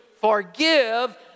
forgive